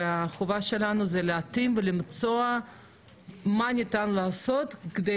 והחובה שלנו זה להתאים ולמצוא מה ניתן לעשות כדי